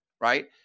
right